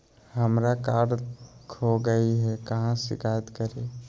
हमरा कार्ड खो गई है, कहाँ शिकायत करी?